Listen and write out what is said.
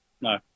No